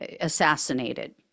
assassinated